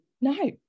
No